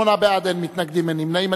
שמונה בעד, אין מתנגדים, אין נמנעים.